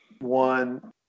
One